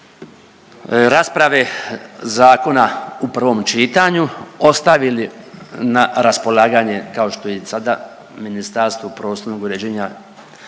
rasprave zakona u prvom čitanju ostavili na raspolaganje kao što i sada Ministarstvu prostornog uređenja,